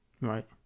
Right